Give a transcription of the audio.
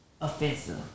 offensive